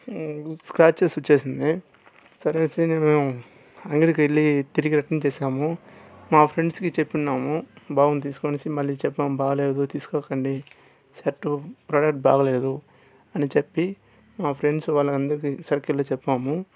scratches వచ్చేసింది సరే అనేసి మేం అంగడికి వెళ్లి తిరిగి రిటర్న్ చేసాము మా ఫ్రెండ్స్కి చెప్పినాము బాగుంది తీసుకో అనేసి మళ్లీ చెప్పాము బాగాలేదు తీసుకోకండి షర్టు ప్రొడక్ట్ బాగాలేదు అని చెప్పి మా ఫ్రెండ్స్ వాళ్ళ అందరికి సర్కిల్లో చెప్పాము